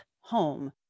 home